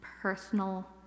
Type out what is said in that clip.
personal